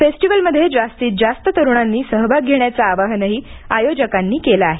फेस्टिव्हलमध्ये जास्तीत जास्त तरुणांनी सहभाग घेण्याचं आवाहनही आयोजकांनी केलं आहे